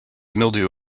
mildew